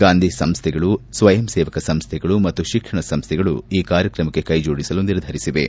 ಗಾಂಧಿ ಸಂಸ್ಥೆಗಳು ಸ್ವಯಂ ಸೇವಕ ಸಂಸ್ಥೆಗಳು ಮತ್ತು ಶಿಕ್ಷಣ ಸಂಸ್ಥೆಗಳು ಈ ಕಾರ್ಯಕ್ರಮಕ್ಕೆ ಕೈ ಜೋಡಿಸಲು ನಿರ್ಧರಿಸಿವೆ